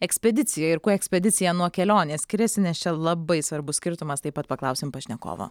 ekspedicija ir kuo ekspedicija nuo kelionės skiriasi nes čia labai svarbus skirtumas taip pat paklausim pašnekovo